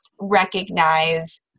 recognize